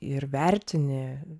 ir vertini